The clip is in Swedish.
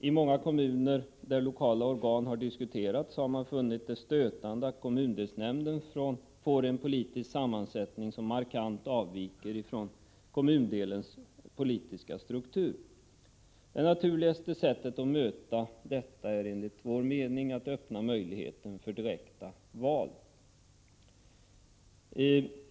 I många kommuner där lokala organ diskuterats har man funnit det stötande att kommundelsnämnden får en politisk sammansättning som markant avviker från kommundelens politiska struktur. Det naturligaste sättet att möta detta är enligt vår mening att öppna möjligheten för direkta val.